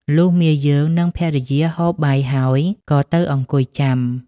លុះមាយើង និងភរិយាហូបបាយហើយ ក៏ទៅអង្គុយចាំ។